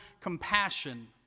compassion